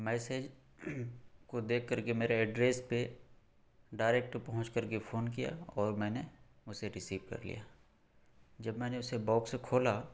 message کو دیکھ کر میرے ایڈریس پہ ڈاریکٹ پہنچ کر کے فون کیا اور میں نے اسے ریسیو کرلیا جب میں نے اسے باکس سے کھولا